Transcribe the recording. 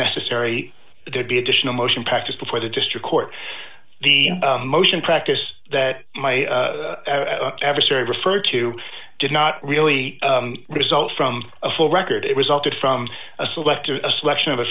necessary there'd be additional motion practice before the district court the motion practice that my adversary referred to did not really result from a full record it resulted from a selector a selection of a